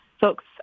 folks